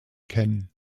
kennen